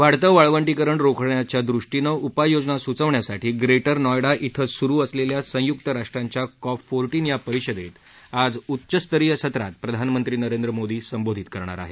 वाढतं वाळवी किरण रोखण्याच्या दृष्टीनं उपाययोजना सुववण्यासाठी ग्रेउ नोएडा इथं सुरु असलेल्या संयुक्त राष्ट्रांच्या कॉप फोरि या परिषदेत आज उच्चस्तरीय सत्रात प्रधानमंत्री नरेंद्र मोदी आज संबोधित करणार आहेत